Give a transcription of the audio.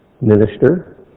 minister